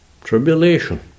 Tribulation